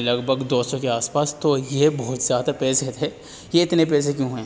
لگ بھگ دو سو کے آس پاس تو یہ بہت زیادہ پیسے تھے یہ اتنے پیسے کیوں ہیں